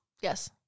Yes